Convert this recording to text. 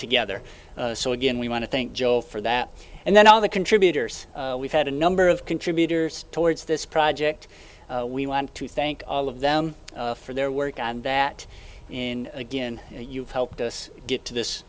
together so again we want to think joel for that and then all the contributors we've had a number of contributors towards this project we want to thank all of them for their work on that and again you've helped us get to this